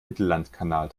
mittellandkanal